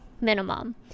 minimum